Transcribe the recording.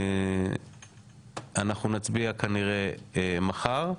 אנחנו נצביע כנראה מחר,